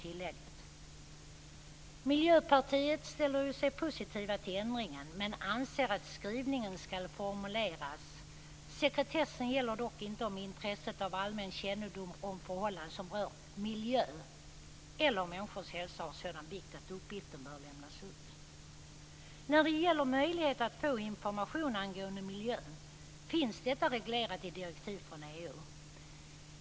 Inom Miljöpartiet ställer man sig positiv till ändringen men anser att skrivningen skall formuleras: "Sekretessen gäller dock inte om intresset av allmän kännedom om förhållanden som rör miljö eller människors hälsa har sådan vikt att uppgiften bör lämnas ut." När det gäller möjlighet att få information angående miljön finns detta reglerat i direktiv från EU.